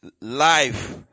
life